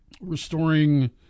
restoring